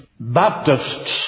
Baptists